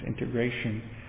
integration